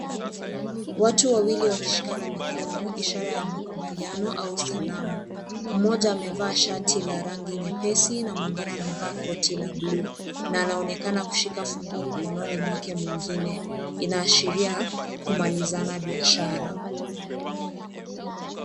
Watu wawili wakishikana mikono, ishara ya makubaliano au salamu. Mmoja amevaa shati la rangi nyepesi na mwingine amevaa koti la bluu na anaonekana kushika funguo mkononi mwake mwingine, inaashiria kumalizana biashara.